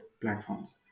platforms